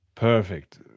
Perfect